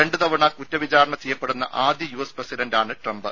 രണ്ടു തവണ കുറ്റ വിചാരണ ചെയ്യപ്പെടുന്ന ആദ്യ യു എസ് പ്രസിഡന്റാണ് ട്രംപ്